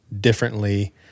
differently